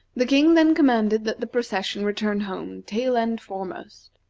the king then commanded that the procession return home, tail-end foremost.